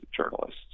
journalists